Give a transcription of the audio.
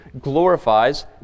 glorifies